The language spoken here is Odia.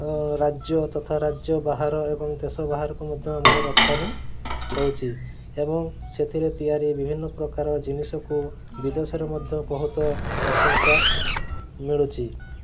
ରାଜ୍ୟ ତଥା ରାଜ୍ୟ ବାହାର ଏବଂ ଦେଶ ବାହାରକୁ ମଧ୍ୟ ଆମର ରପ୍ତାନି ହେଉଛି ଏବଂ ସେଥିରେ ତିଆରି ବିଭିନ୍ନ ପ୍ରକାର ଜିନିଷକୁ ବିଦେଶରେ ମଧ୍ୟ ବହୁତ ପ୍ରଶଂସା ମିଳୁଛି